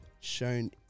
shown